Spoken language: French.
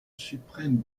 suprême